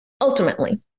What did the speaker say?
ultimately